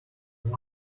one